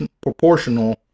proportional